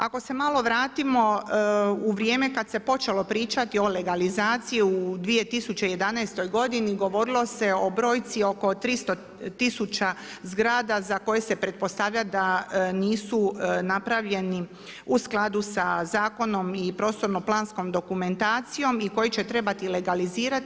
Ako se malo vratimo u vrijeme kad se počelo pričati o legalizaciji u 2011. godini govorilo se o brojci oko 300000 zgrada za koje se pretpostavlja da nisu napravljeni u skladu sa zakonom i prostorno-planskom dokumentacijom i koji će trebati legalizirati.